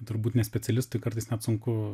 turbūt ne specialistui kartais net sunku